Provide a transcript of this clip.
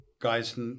guys